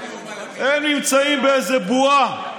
הם נמצאים באיזו בועה.